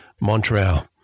Montreal